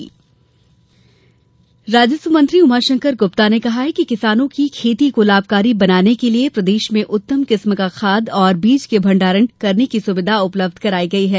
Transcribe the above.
लोकार्पण राजस्व मंत्री उमाशंकर ने कहा कि किसानों की खेती को लाभकारी बनाने के लिये प्रदेश में उत्तम किस्म का खाद और बीज के भंडारण करने की सुविधा उपलब्ध कराई गई है